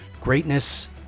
greatness